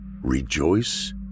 Rejoice